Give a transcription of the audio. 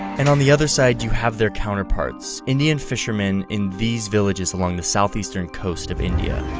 and on the other side you have their counterparts indian fishermen in these villages along the southeastern coast of india.